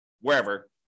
wherever